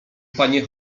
panie